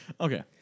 Okay